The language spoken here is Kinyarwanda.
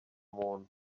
muntu